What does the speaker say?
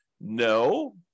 No